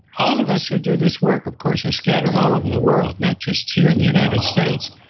all of us who do this work of course, are scattered all over the world, not just here in the united states.